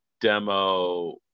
demo